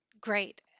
Great